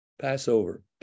Passover